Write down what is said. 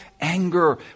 anger